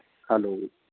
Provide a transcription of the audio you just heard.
hello